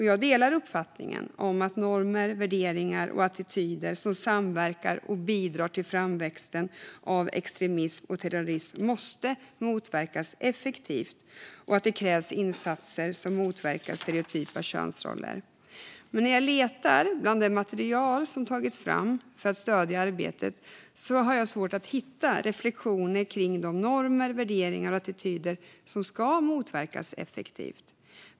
Jag delar uppfattningen att normer, värderingar och attityder som samverkar och bidrar till framväxten av extremism och terrorism måste motverkas effektivt och att det krävs insatser som motverkar stereotypa könsroller. Men när jag letar i det material som tagits fram för att stödja arbetet har jag svårt att hitta reflektioner kring de normer, värderingar och attityder som ska motverkas effektivt.